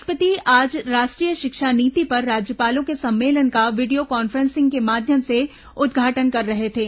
राष्ट्रपति आज राष्ट्रीय शिक्षा नीति पर राज्यपालों के सम्मेलन का वीडियो काफ्रेंस के माध्यम से उद्घाटन कर रहे थे